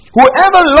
Whoever